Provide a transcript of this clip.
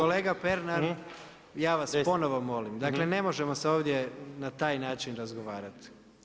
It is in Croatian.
Kolega Pernar, ja vas ponovno molim, dakle, ne možemo se ovdje na taj način razgovarati.